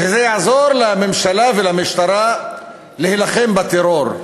שזה יעזור לממשלה ולמשטרה להילחם בטרור.